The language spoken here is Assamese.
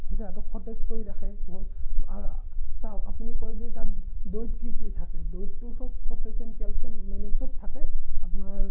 দেহাটোক সতেজ কৰি ৰাখে বহুত আৰু চাওক আপুনি কৈ দিয়ে তাত দৈত কি কি থাকে দৈতটো সব পটেচিয়াম কেলচিয়াম মেগনেচিয়াম সব থাকে আপোনাৰ